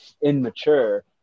immature